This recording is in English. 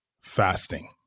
fasting